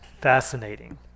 Fascinating